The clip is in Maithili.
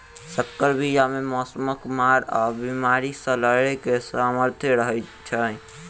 सँकर बीया मे मौसमक मार आ बेमारी सँ लड़ैक सामर्थ रहै छै